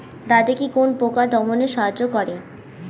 দাদেকি কোন পোকা দমনে সাহায্য করে?